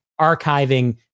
archiving